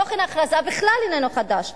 תוכן ההכרזה בכלל איננו חדש.